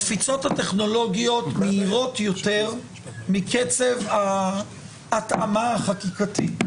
הקפיצות הטכנולוגיות מהירות יותר מקצב ההתאמה החקיקתית.